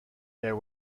there